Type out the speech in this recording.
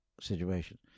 situation